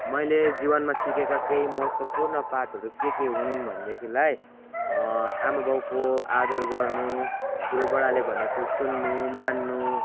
मैले जीवनमा सिकेका केही महत्त्वपूर्ण पाठहरू के के हुन् भनेदेखिलाई आमा बाउको आदर गर्नु ठुलो बडाले भनेको सुन्नु मान्नु